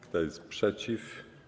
Kto jest przeciw?